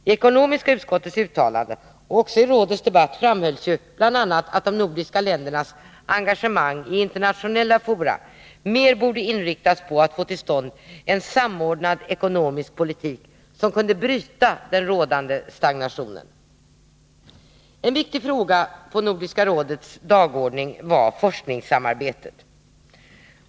I ekonomiska utskottets uttalande och i rådets debatt framhölls bl.a. att de nordiska ländernas engagemang i internationella fora mer borde inriktas på att få till stånd en samordnad ekonomisk politik som kunde bryta den rådande stagnationen. En viktig fråga på Nordiska rådets dagordning var forskningssamarbetet.